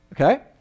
Okay